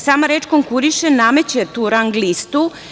Sama reč konkuriše, nameće tu rang listu.